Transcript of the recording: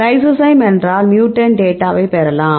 lysozyme என்றால் mutant டேட்டாவைப் பெறலாம்